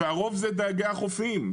הרוב זה דייגי החופים,